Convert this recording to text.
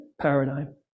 paradigm